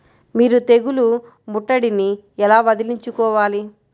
మీరు తెగులు ముట్టడిని ఎలా వదిలించుకోవాలి?